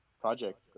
project